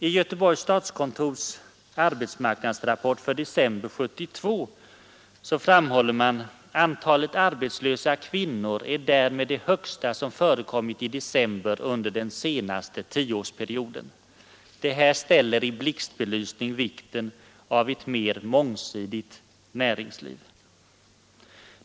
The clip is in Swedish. I Göteborgs stadskontors arbetsmarknadsrapport för december 1972 framhålles: ”Antalet arbetslösa kvinnor är därmed det högsta som förekommit i december under den senaste tioårsperioden.” Detta ställer i blixtbelysning vikten av ett mer mångsidigt näringsliv.